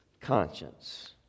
conscience